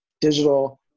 digital